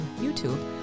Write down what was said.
YouTube